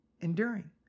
Enduring